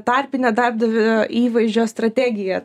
tarpinę darbdavio įvaizdžio strategiją